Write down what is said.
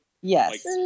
Yes